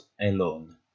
alone